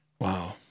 Wow